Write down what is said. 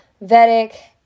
Vedic